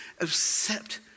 accept